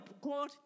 God